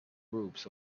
groups